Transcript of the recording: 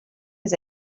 was